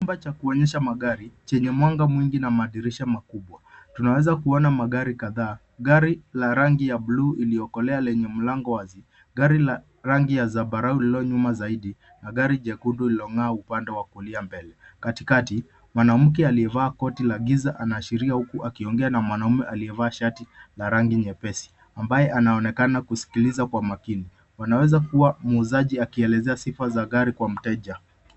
Chumba cha kuonyesha magari chenye mwanga mwingi na madirisha makubwa. Tunaweza kuona magari kadhaa. Gari la rangi ya bluu iliyokolea lenye mlango wazi. Gari la rangi ya zambarau lililo nyuma zaidi na gari jekundu lililong'aa upande wa kulia mbele. Katikati, mwanamke aliyevaa koti la giza anaashiria huku akiongea na mwanaume aliyevaa shati la rangi nyepesi ambaye anaonekana kusikiliza kwa makini, anaweza kuwa muuzaji akielezea sifa za gari kwa mteja.